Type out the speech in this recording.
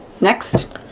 next